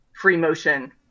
free-motion